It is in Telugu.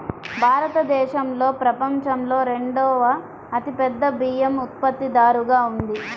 భారతదేశం ప్రపంచంలో రెండవ అతిపెద్ద బియ్యం ఉత్పత్తిదారుగా ఉంది